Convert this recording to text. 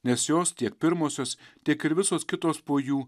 nes jos tiek pirmosios tiek ir visos kitos po jų